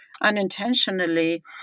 unintentionally